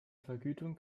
vergütung